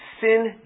sin